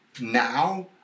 now